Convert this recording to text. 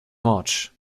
march